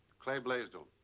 clay blaisdell.